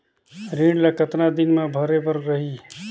ऋण ला कतना दिन मा भरे बर रही?